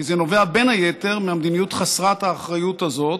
כי זה נובע בין היתר מהמדיניות חסרת האחריות הזאת,